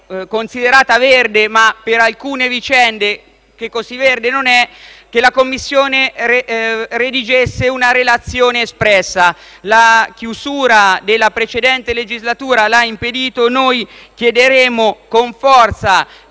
considerata verde, ma che per alcune vicende così verde non è - una relazione espressa. La chiusura della precedente legislatura l'ha impedito. Noi chiederemo con forza